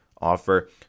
offer